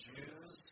Jews